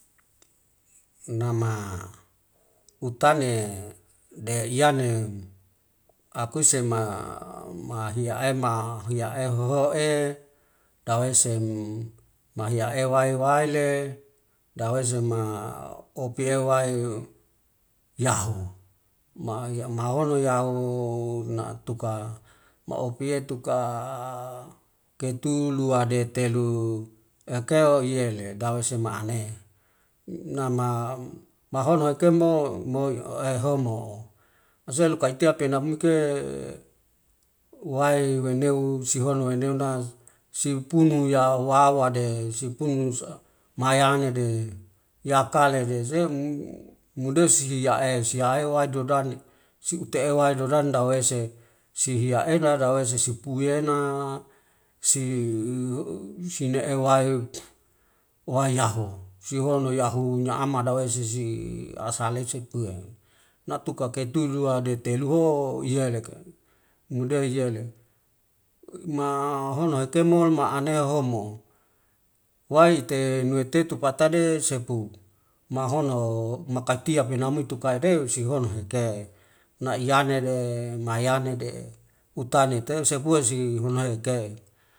nama utane deiyane akuse ma ma hiya ehoe dawese mahiya ewaiwaile dawese ma opiewai yahu ma holo yahu natuka maopie tuka ketu luade telu ekeo iyele dawesema ane. Nama mahono ekemo moi ehomo eselu kai tia penamuke wai waineu sihonu eneuna siupunu yawawade sipunu manede yakle desemu mudesi yae siayae wai dudane si ute'e wai dudane dawese sihia ela dawese sepu yena si ne ewai wai yahu. Sihonu yahu ina ama dawese sisi asalesi pui, natuka kei tuilude teluo iyeleka, mudeiyele ma hono hekemo ma ane homo waite nue tetu patade sepu mahonu makaitia penamu tukadeu sihonu heike naa eyanede mayanede utane teu sepuesi honoei ike.